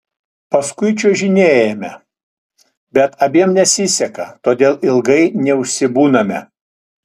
paskui čiuožinėjame bet abiem nesiseka todėl ilgai neužsibūname